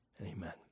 Amen